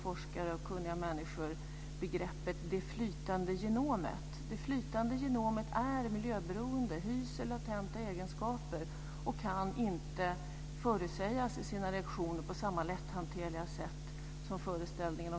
Vi har i dag brist på framför allt läkare inom en del specialiteter, och stora rekryteringsinsatser görs nu av olika landsting, inte minst utomlands.